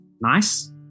nice